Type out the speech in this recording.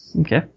okay